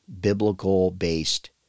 biblical-based